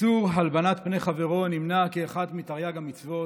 איסור הלבנת פני חברו נמנה כאחת מתרי"ג המצוות,